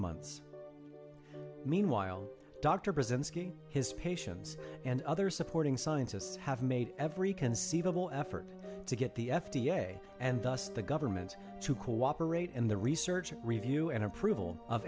months meanwhile dr brzezinski his patients and other supporting scientists have made every conceivable effort to get the f d a and thus the government to cooperate and the research review and approval of